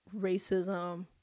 racism